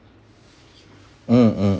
mm mm